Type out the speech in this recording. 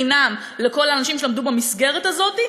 לימודים בחינם לכל האנשים שלמדו במסגרת הזאת,